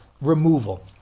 Removal